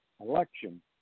Election